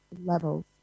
levels